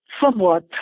somewhat